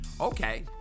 Okay